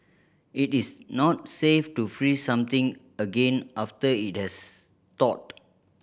it is not safe to freeze something again after it has thawed